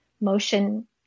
motion